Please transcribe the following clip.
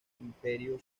imperio